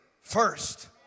first